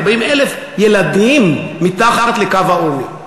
40,000 ילדים מתחת לקו העוני.